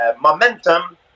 Momentum